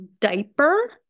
diaper